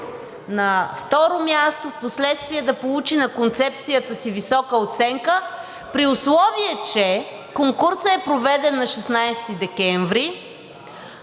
на второ място. Впоследствие да получи на концепцията си висока оценка, при условие че конкурсът е проведен на 16 декември,